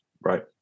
right